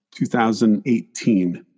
2018